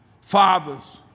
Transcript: Fathers